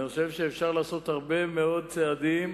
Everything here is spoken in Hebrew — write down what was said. אני חושב שאפשר לעשות הרבה מאוד צעדים